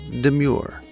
Demure